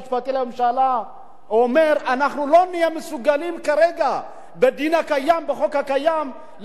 והוא אומר: לא נהיה מסוגלים כרגע בחוק הקיים להעמיד אנשים לדין על הסתה,